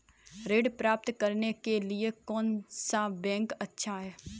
ऋण प्राप्त करने के लिए कौन सा बैंक अच्छा है?